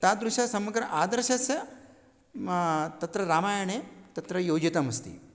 तादृशं समग्रं आदर्शस्य तत्र रामायणे तत्र योजितमस्ति